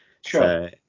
Sure